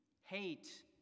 hate